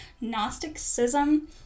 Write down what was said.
Gnosticism